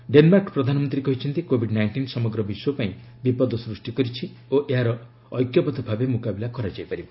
Denmark ପ୍ରଧାନମନ୍ତ୍ରୀ କହିଛନ୍ତି COVID nineteen ସମଗ୍ର ବିଶ୍ୱପାଇଁ ବିପଦ ସୃଷ୍ଟି କରିଛି ଓ ଏହାର ଐକ୍ୟବଦ୍ଧ ଭାବେ ମୁକାବିଲା କରାଯାଇପାରିବ